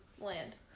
land